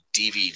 DVD